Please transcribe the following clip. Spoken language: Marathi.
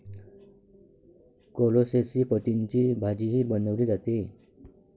कोलोसेसी पतींची भाजीही बनवली जाते